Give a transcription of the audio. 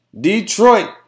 Detroit